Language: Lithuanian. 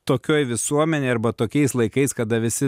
tokioj visuomenėj arba tokiais laikais kada visi